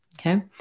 Okay